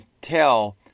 tell